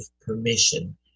permission